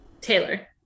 taylor